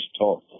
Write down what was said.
talk